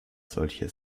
solche